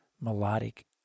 melodic